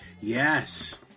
Yes